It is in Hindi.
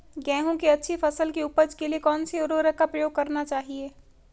गेहूँ की अच्छी फसल की उपज के लिए कौनसी उर्वरक का प्रयोग करना चाहिए?